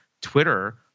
Twitter